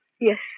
Yes